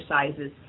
exercises